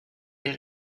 est